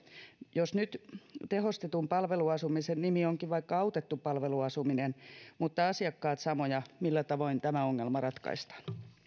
jos nyt tehostetun palveluasumisen nimi onkin vaikka autettu palveluasuminen mutta asiakkaat ovat samoja millä tavoin tämä ongelma ratkaistaan